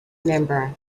member